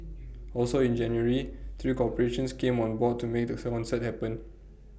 also in January three corporations came on board to make the sir concert happen